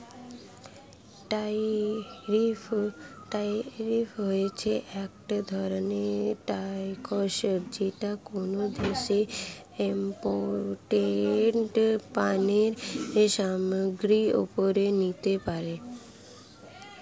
tariff হচ্ছে এক ধরনের ট্যাক্স যেটা কোনো দেশ ইমপোর্টেড পণ্য সামগ্রীর ওপরে নিতে পারে